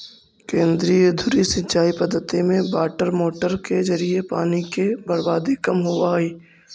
केंद्रीय धुरी सिंचाई पद्धति में वाटरमोटर के जरिए पानी के बर्बादी कम होवऽ हइ